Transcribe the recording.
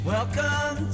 Welcome